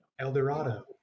eldorado